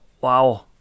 Wow